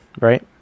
right